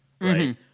right